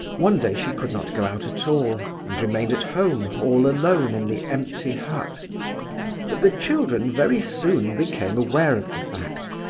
one day she could not go out at all, and remained at home all alone in the empty hut but the children very soon became aware of the fact,